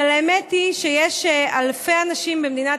אבל האמת היא שיש אלפי אנשים במדינת